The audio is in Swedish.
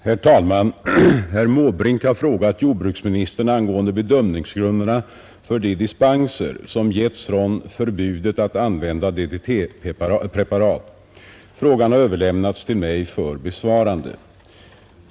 Herr talman! Herr Måbrink har frågat jordbruksministern angående bedömningsgrunderna för de dispenser som getts från förbudet att använda DDT-preparat. Frågan har överlämnats till mig för besvarande.